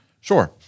Sure